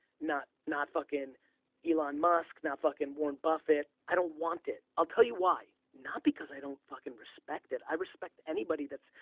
not not fucking elon musk, not fucking warren buffett. i don't want it. i'll tell you why. not because i don't fucking respect it. i respect anybody that's.